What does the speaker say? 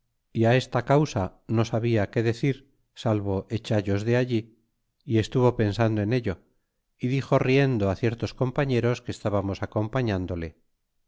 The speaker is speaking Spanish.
enojar é esta causa no sabia que decir salvo echallos de allí y estuvo pensando en ello y dixo riendo á ciertos compañeros que estábamos acompañándole